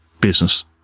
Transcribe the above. business